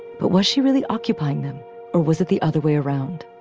but was she really occupying them or was it the other way around?